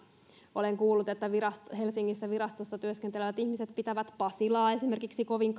olen kuullut että esimerkiksi helsingissä virastossa työskentelevät ihmiset pitävät pasilaa kovin